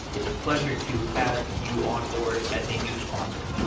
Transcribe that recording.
it's a pleasure to have you onboard as a new sponsor